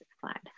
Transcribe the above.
slide